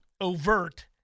overt